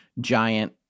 giant